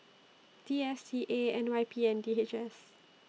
D S T A N Y P and D H S